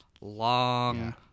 long